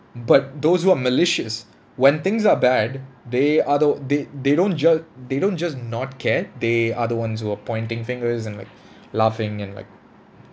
but those who are malicious when things are bad they are the they they don't ju~ they don't just not care they are the ones who're pointing fingers and like laughing and like